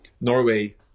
Norway